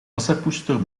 assepoester